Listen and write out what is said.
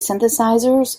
synthesizers